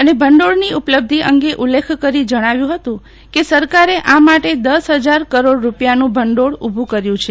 અને ભંડોળની ઉપલબ્ધી અંગે ઉલ્લેખ કરી જણાવ્યું કે સરકરે આ માટે દસ હાજર કરોડ રૂપિયાનું ભંડીળ ઉભું કર્યું છે